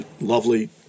lovely